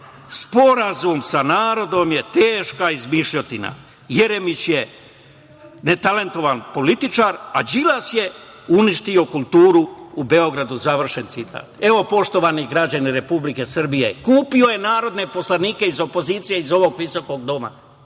Sporazum sa narodom je teška izmišljotina. Jeremić je netalentovan političar, a Đilas je uništio kulturu u Beogradu - završen citat. Evo, poštovani građani Republike Srbije, kupio je narodne poslanike iz opozicije iz ovog visokog doma